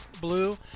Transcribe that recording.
blue